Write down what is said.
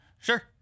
Sure